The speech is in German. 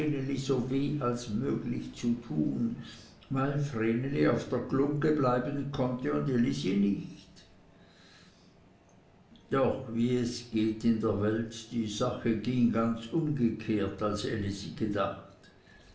als möglich zu tun weil vreneli auf der glungge bleiben konnte und elisi nicht doch wie es geht in der welt die sache ging ganz umgekehrt als elisi gedacht